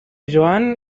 joan